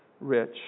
rich